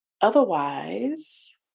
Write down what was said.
Otherwise